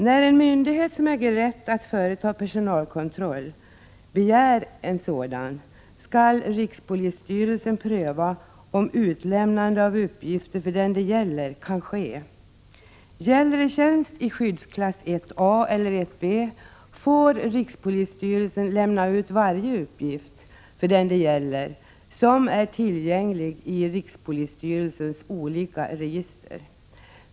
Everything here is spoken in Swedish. När myndighet som äger rätt att företa personalkontroll begär en sådan, skall rikspolisstyrelsen pröva om utlämnande av uppgifter för den det gäller kan ske. Är det fråga om tjänst i skyddsklass 1 A eller 1 B får rikspolisstyrelsen lämna ut varje uppgift, för den det gäller, som är tillgänglig i rikspolisstyrelsens olika register.